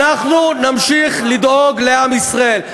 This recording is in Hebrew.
אנחנו נמשיך לדאוג לעם ישראל.